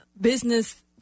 business